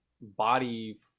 body